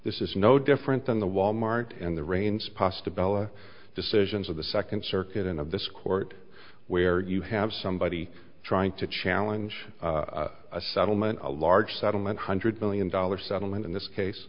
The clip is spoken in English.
this is no different than the walmart and the rains pos develop decisions of the second circuit in of this court where you have somebody trying to challenge a settlement a large settlement hundred million dollar settlement in this case